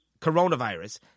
coronavirus